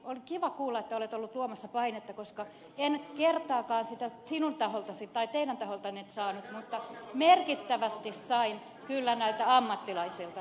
on kiva kuulla että olette ollut luomassa painetta koska en kertaakaan sitä teidän taholtanne saanut mutta merkittävästi sain kyllä näiltä ammattilaisilta